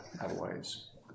otherwise